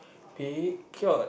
paid cured